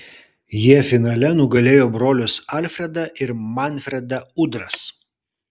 jie finale nugalėjo brolius alfredą ir manfredą udras